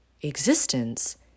existence